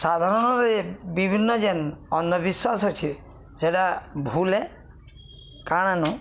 ସାଧାରଣରେ ବିଭିନ୍ନ ଯେନ୍ ଅନ୍ଧବିଶ୍ୱାସ ଅଛ ସେଇଟା ଭୁଲେ କାଣାନୁ